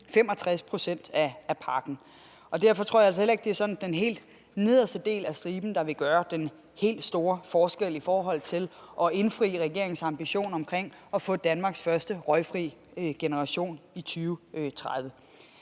65 pct. af pakken. Og derfor tror jeg altså heller ikke, at det er den allernederste del af striben, der sådan vil gøre den helt store forskel i forhold til at indfri regeringens ambition om at få Danmarks første røgfri generation i 2030.